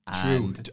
True